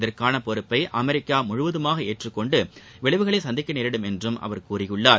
இதற்கான பொறுப்பை அமெரிக்கா முழுவதுமாக ஏற்றுக் கொண்டு விளைவுகளை சந்திக்க நேரிடும் என்றும் கூறியுள்ளார்